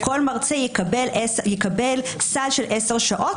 כל מרצה יקבל סל של 10 שעות.